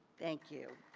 thank you.